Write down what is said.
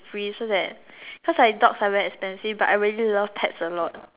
free so that cos like dogs are very expensive but I really love pets a lot